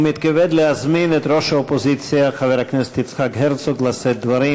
ומתכבד להזמין את ראש האופוזיציה חבר הכנסת יצחק הרצוג לשאת דברים.